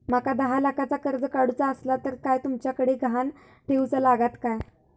माका दहा लाखाचा कर्ज काढूचा असला तर काय तुमच्याकडे ग्हाण ठेवूचा लागात काय?